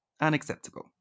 unacceptable